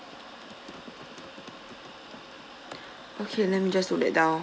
okay let me just note that down